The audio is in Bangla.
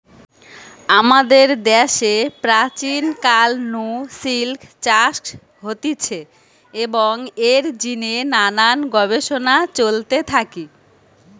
আমাদের দ্যাশে প্রাচীন কাল নু সিল্ক চাষ হতিছে এবং এর জিনে নানান গবেষণা চলতে থাকি